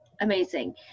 Amazing